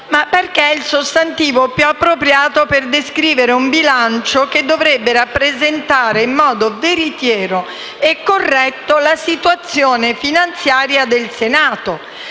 ma perché è il sostantivo più appropriato per descrivere un bilancio che dovrebbe rappresentare in modo veritiero e corretto la situazione finanziaria del Senato